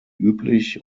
üblich